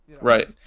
Right